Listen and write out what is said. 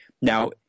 Now